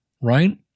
right